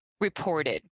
reported